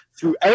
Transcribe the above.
throughout